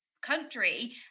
country